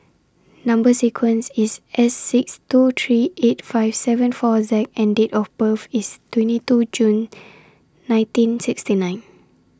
Number sequence IS S six two three eight five seven four Z and Date of birth IS twenty two June nineteen sixty nine